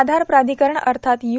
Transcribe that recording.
आधार प्राधिकरण अर्थात य्